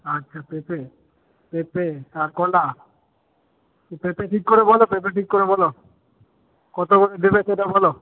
আচ্ছা পেঁপে পেঁপে আর কলা পেঁপে ঠিক করে বলো পেঁপে ঠিক করে বলো কত করে দেবে সেটা বলো